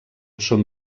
són